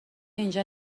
اینجا